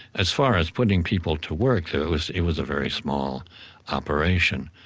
as far as putting people to work though, it was it was a very small operation.